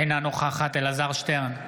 אינה נוכחת אלעזר שטרן,